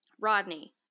Rodney